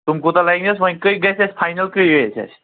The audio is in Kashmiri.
تِم کوٗتاہ لَگِنَس وۄنۍ کٔہہِ گژھِ اَسہِ فاینل کٔہہِ گژھِ اَسہِ